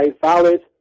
valid